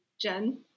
Jen